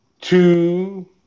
two